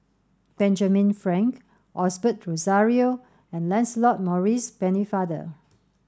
Benjamin Frank Osbert Rozario and Lancelot Maurice Pennefather